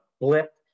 blip